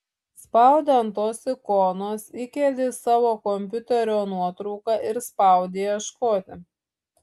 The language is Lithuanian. spaudi ant tos ikonos įkeli iš savo kompiuterio nuotrauką ir spaudi ieškoti